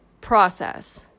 process